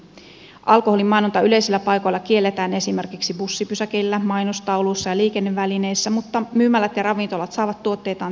alkoholin mainonta yleisillä paikoilla kielletään esimerkiksi bussipysäkillä mainostauluissa ja liikennevälineissä mutta myymälät ja ravintolat saavat tuotteitaan tiloissaan mainostaa